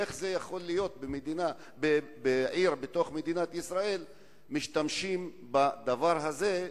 איך יכול להיות שבעיר בתוך מדינת ישראל משתמשים בדבר הזה,